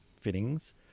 fittings